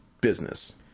business